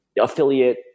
affiliate